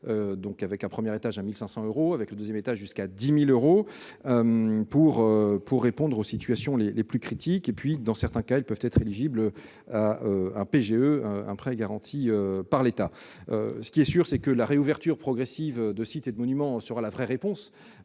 avec un premier étage à 1 500 euros et un deuxième étage jusqu'à 10 000 euros, afin de répondre aux situations les plus critiques. Dans certains cas, ils peuvent être éligibles à un PGE, un prêt garanti par l'État. Au demeurant, la réouverture progressive des sites et des monuments sera la vraie réponse.